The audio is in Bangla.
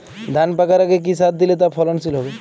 ধান পাকার আগে কি সার দিলে তা ফলনশীল হবে?